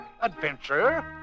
adventure